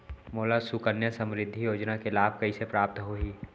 मोला सुकन्या समृद्धि योजना के लाभ कइसे प्राप्त होही?